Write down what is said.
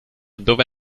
dove